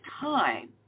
time